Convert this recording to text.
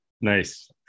nice